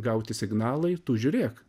gauti signalai tu žiūrėk